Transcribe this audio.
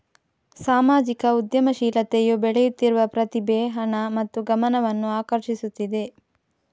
ಸಾಮಾಜಿಕ ಉದ್ಯಮಶೀಲತೆಯು ಬೆಳೆಯುತ್ತಿರುವ ಪ್ರತಿಭೆ, ಹಣ ಮತ್ತು ಗಮನವನ್ನು ಆಕರ್ಷಿಸುತ್ತಿದೆ